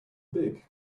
big